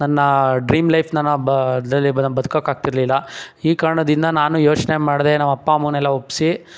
ನನ್ನ ಡ್ರೀಮ್ ಲೈಫ್ನ ನಾನು ಬದುಕಕ್ಕಾಗ್ತಿರ್ಲಿಲ್ಲ ಈ ಕಾರಣದಿಂದ ನಾನು ಯೋಚನೆ ಮಾಡಿದೆ ನಮ್ಮ ಅಪ್ಪ ಅಮ್ಮನ್ನೆಲ್ಲ ಒಪ್ಪಿಸಿ